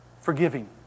Forgiving